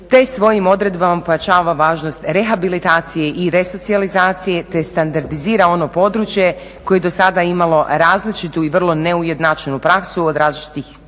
te svojim odredbama pojačava važnost rehabilitacije i resocijalizacije te standardizira ono područje koje je do sada imalo različitu i vrlo neujednačenu praksu od različitih bolnica